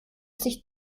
sich